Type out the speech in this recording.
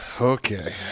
Okay